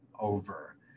over